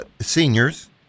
seniors